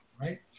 right